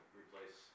replace